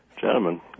Gentlemen